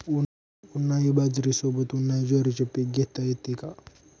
उन्हाळी बाजरीसोबत, उन्हाळी ज्वारीचे पीक घेता येते का?